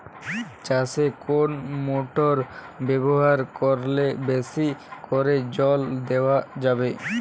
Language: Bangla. চাষে কোন মোটর ব্যবহার করলে বেশী করে জল দেওয়া যাবে?